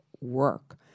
Work